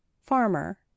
Farmer